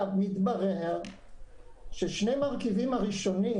מתברר ששני המרכיבים הראשונים